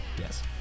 Yes